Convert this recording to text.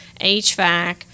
HVAC